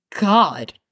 God